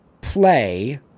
play